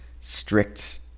strict